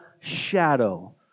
shadow